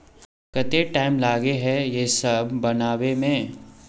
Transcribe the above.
केते टाइम लगे है ये सब बनावे में?